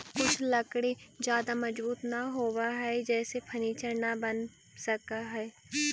कुछ लकड़ी ज्यादा मजबूत न होवऽ हइ जेसे फर्नीचर न बन सकऽ हइ